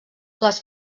les